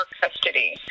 custody